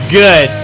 good